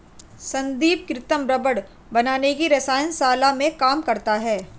संदीप कृत्रिम रबड़ बनाने की रसायन शाला में काम करता है